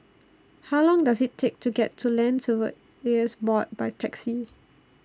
How Long Does IT Take to get to Land Surveyors Board By Taxi